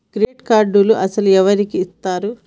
Credit కార్డులు అసలు ఎవరికి ఇస్తారు?